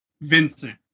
Vincent